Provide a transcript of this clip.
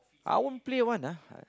I won't play one ah